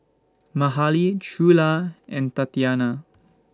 Mahalie Trula and Tatiana